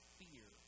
fear